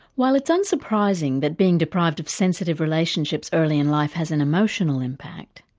while it's unsurprising that being deprived of sensitive relationships early in life has an emotional impact,